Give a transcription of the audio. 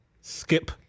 Skip